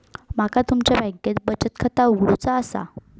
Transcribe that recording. माका तुमच्या बँकेत बचत खाता उघडूचा असा?